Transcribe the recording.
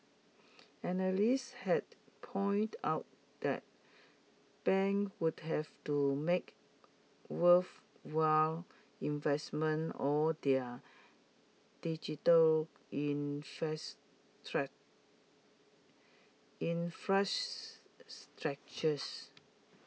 analysts had pointed out that banks would have to make worthwhile investments or their digital infrastructures